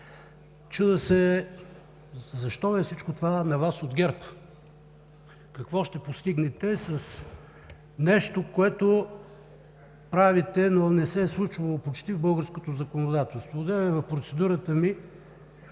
Чудя се: защо Ви е всичко това на Вас от ГЕРБ? Какво ще постигнете с нещо, което правите, но не се е случвало почти в българското законодателство?